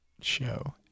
show